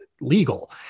legal